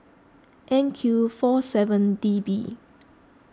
N Q four seven D B